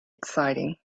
exciting